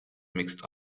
mixed